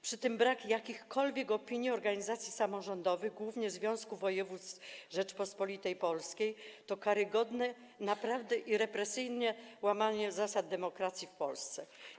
Przy tym brak jakichkolwiek opinii organizacji samorządowych, głównie Związku Województw Rzeczypospolitej Polskiej, to naprawdę karygodne i represyjne łamanie zasad demokracji w Polsce.